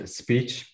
speech